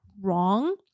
wrong